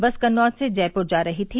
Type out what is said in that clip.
बस कन्नौज से जयपुर जा रही थी